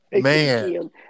Man